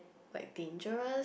like dangerous